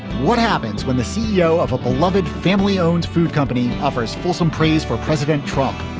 what happens when the ceo of a beloved family owned food company offers fulsome praise for president trump?